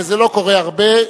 וזה לא קורה הרבה,